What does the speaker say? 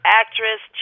actress